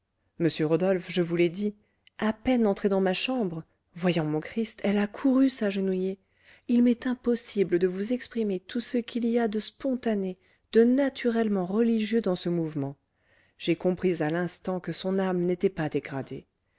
monsieur rodolphe je vous l'ai dit à peine entrée dans ma chambre voyant mon christ elle a couru s'agenouiller il m'est impossible de vous exprimer tout ce qu'il y a de spontané de naturellement religieux dans ce mouvement j'ai compris à l'instant que son âme n'était pas dégradée